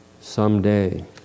someday